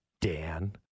Dan